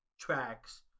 tracks